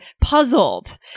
puzzled